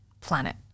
planet